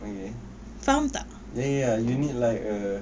okay ya ya you need like a